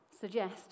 suggest